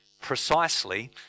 precisely